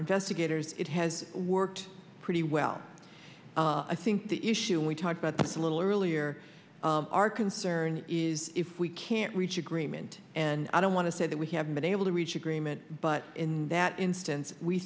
investigators it has worked pretty well i think the issue we talked about a little earlier our concern is if we can't reach agreement and i don't want to say that we haven't been able to reach agreement but in that instance we